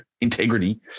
integrity